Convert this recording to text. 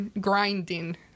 grinding